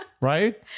Right